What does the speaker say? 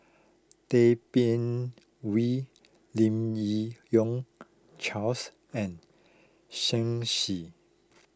Tay Bin Wee Lim Yi Yong Charles and Shen Xi